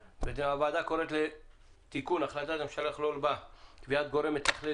הוועדה קוראת לתיקון החלטת הממשלה כדי לכלול בה קביעת גורם מתכלל